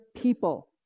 people